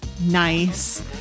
nice